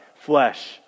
flesh